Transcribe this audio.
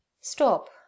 Stop